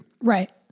Right